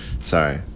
Sorry